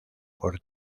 por